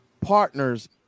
partners